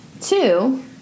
two